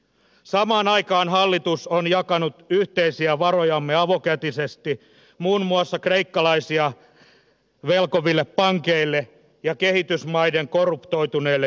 samaan aikaan hallitus on jakanut yhteisiä varojamme avokätisesti muun muassa kreikkalaisia velkoville pankeille ja kehitysmaiden korruptoituneelle johtoportaalle